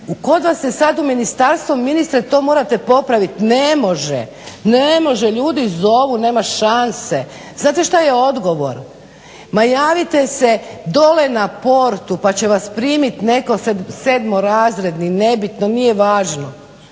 kod vas se sad u ministarstvo ministre, to morate popravit, ne može, ne može, ljudi zovu, nema šanse. Znate šta je odgovor? Ma javite se dolje na portu pa će vas primit neko sedmorazredni, nebitno, nije važno.